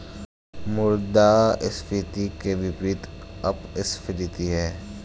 मुद्रास्फीति के विपरीत अपस्फीति है